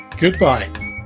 Goodbye